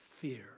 Fear